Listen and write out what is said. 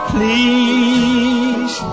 Please